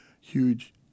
huge